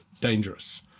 dangerous